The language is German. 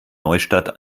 neustadt